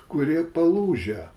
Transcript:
kurie palūžę